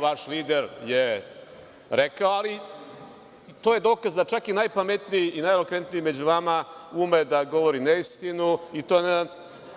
Vaš lider je rekao, ali i to je dokaz da čak i najpametniji i najelokventniji među vama ume da govori neistinu, i to na